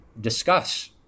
discuss